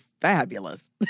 fabulous